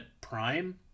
prime